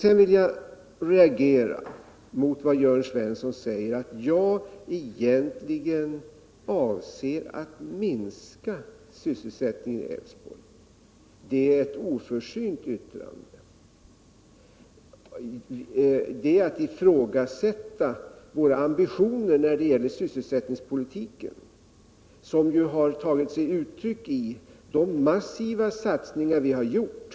Sedan vill jag reagera när Jörn Svensson säger att jag egentligen avser att minska sysselsättningen i Älvsborgs län. Det är ett oförsynt yttrande. Det är att ifrågasätta våra ambitioner när det gäller sysselsättningspolitiken, som ju tagit sig uttryck i de massiva satsningar vi har gjort.